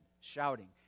shouting